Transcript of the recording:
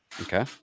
Okay